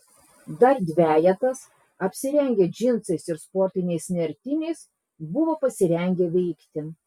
dar dvejetas apsirengę džinsais ir sportiniais nertiniais buvo pasirengę veikti